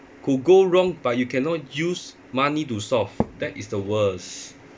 could go wrong but you cannot use money to solve that is the worst